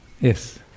Yes